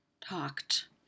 talked